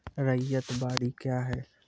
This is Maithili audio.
रैयत बाड़ी क्या हैं?